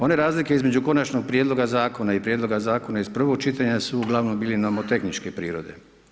One razlike između konačnog prijedloga Zakona i prijedloga zakona iz prvog čitanja, su uglavnom bile nomotehničke prirode.